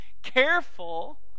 Careful